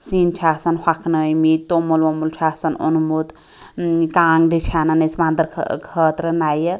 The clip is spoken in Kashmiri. سِنۍ چھِ آسان ہۄکھنٲیمِتۍ توٚمُل ووٚمُل چھُ آسان اوٚنمُت کانٛگڑِ چھِ انان أسۍ ونٛدٕ خٲطرٕ نَیہِ